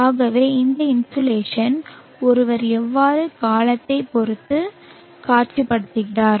ஆகவே இந்த இன்சோலேஷனை ஒருவர் எவ்வாறு காலத்தைப் பொறுத்து காட்சிப்படுத்துகிறார்